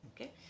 Okay